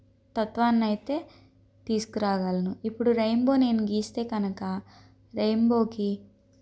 తత్వానైతే తీసుకురాగలను ఇప్పుడు రెయియిన్బో నేను గీస్తే కనుక రెయియిన్బోకి